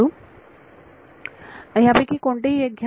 विद्यार्थी ह्या पैकी कोणतेही एक घ्या